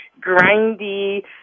grindy